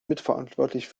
mitverantwortlich